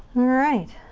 alright.